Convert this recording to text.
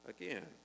Again